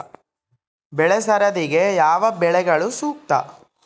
ಬೆಳೆ ಸರದಿಗೆ ಯಾವ ಬೆಳೆಗಳು ಸೂಕ್ತ?